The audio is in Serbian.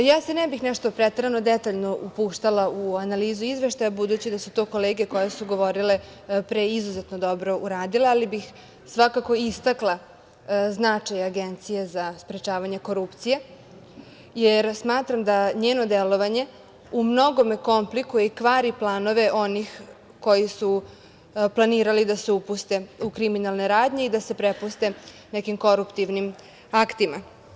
Ja se ne bih nešto preterano detaljno upuštala u analizu izveštaja, budući da su to kolege koje su govorile pre izuzetno dobro uradile, ali bih svakako istakla značaj Agencije za sprečavanje korupcije, jer smatram da njeno delovanje u mnogome komplikuje i kvari planove onih koji su planirali da se upuste u kriminalne radnje i da se prepuste nekim koruptivnim aktima.